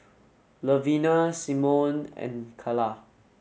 Levina Simone and Kala